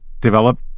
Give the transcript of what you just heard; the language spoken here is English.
develop